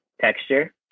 texture